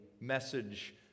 message